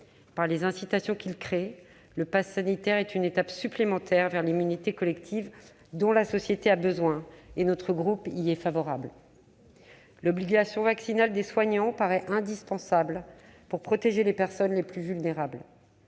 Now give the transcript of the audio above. Par les incitations qu'il crée, le passe sanitaire est une étape supplémentaire vers l'immunité collective dont la société a besoin. Notre groupe y est favorable. L'obligation vaccinale des soignants paraît indispensable pour protéger les personnes les plus vulnérables.